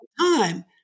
time